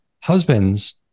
husband's